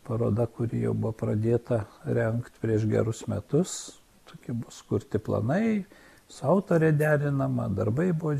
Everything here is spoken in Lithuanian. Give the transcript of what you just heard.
paroda kuri jau buvo pradėta rengt prieš gerus metus tokie buvo sukurti planai su autore derinama darbai buvo